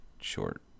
short